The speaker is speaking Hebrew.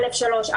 א/3,